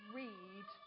read